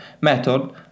method